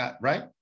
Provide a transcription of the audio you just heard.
right